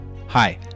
Hi